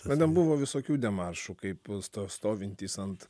tada buvo visokių demaršų kaip sto stovintys ant